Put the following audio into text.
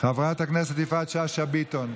חברת הכנסת יפעת שאשא ביטון,